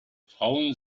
frauen